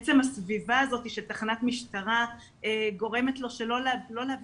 עצם הסביבה הזאת של תחנת משטרה גורמת לו שלא להביא